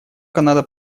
канада